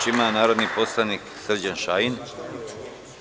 Reč ima narodni poslanik Srđan Šajn.